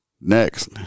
next